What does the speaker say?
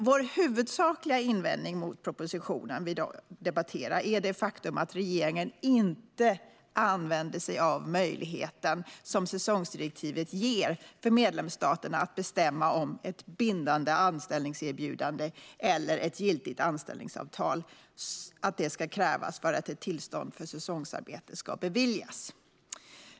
Vår huvudsakliga invändning mot den proposition vi i dag debatterar är dock det faktum att regeringen inte använder sig av den möjlighet som säsongsdirektivet ger för medlemsstaterna att bestämma att ett bindande anställningserbjudande eller ett giltigt anställningsavtal ska krävas för att ett tillstånd för säsongsarbete ska beviljas.